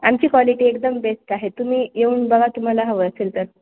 आमची क्वालिटी एकदम बेस्ट आहे तुम्ही येऊन बघा तुम्हाला हवं असेल तर